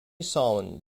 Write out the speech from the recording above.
solemn